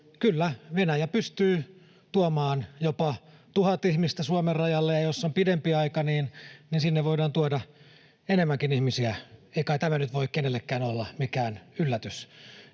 Kyllä, Venäjä pystyy tuomaan jopa 1 000 ihmistä Suomen rajalle, ja jos on pidempi aika, niin sinne voidaan tuoda enemmänkin ihmisiä, ei kai tämä nyt voi kenellekään olla mikään yllätys.